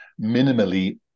minimally